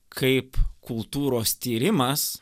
kaip kultūros tyrimas